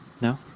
No